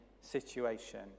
situation